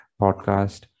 podcast